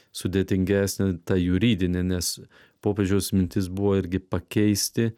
sudėtingesnė ta juridinė nes popiežiaus mintis buvo irgi pakeisti